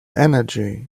energy